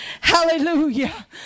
Hallelujah